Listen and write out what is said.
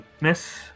miss